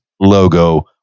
logo